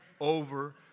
over